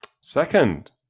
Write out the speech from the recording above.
Second